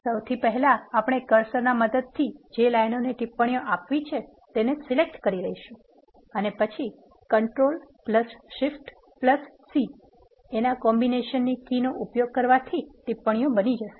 સૌથી પહેલા આપણે કર્સર ના મદદથી જે લાઇનો ને ટિપ્પણીઓ આપવી છે તેને સિલેક્ટ કરી લઇશુ અને પછી control shift c ના કોમ્બિનેશન કી નો ઉપયોગ કરવાથી ટિપ્પણીઓ બની જશે